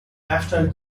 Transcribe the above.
national